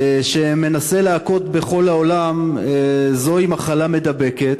שמנסה להכות בכל העולם, זוהי מחלה מידבקת.